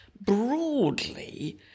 broadly